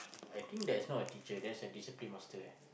I think there's not a teacher there's a discipline master eh